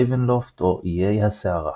רייבנלופט או איי הסערה.